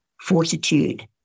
fortitude